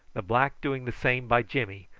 the black doing the same by jimmy,